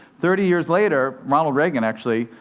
thirty years later, ronald reagan, actually,